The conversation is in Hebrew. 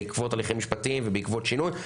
בעקבות הליכים משפטיים ובעקבות שינוי,